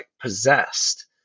possessed